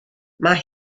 mae